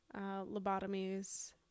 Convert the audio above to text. lobotomies